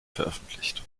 veröffentlicht